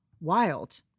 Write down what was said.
Wild